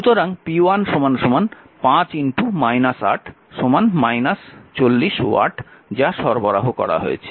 সুতরাং p1 5 40 watt যা সরবরাহ করা হয়েছে